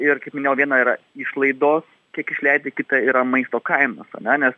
ir kaip minėjau viena yra išlaidos kiek išleidi kita yra maisto kainos ane nes